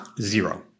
zero